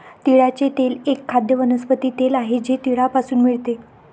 तिळाचे तेल एक खाद्य वनस्पती तेल आहे जे तिळापासून मिळते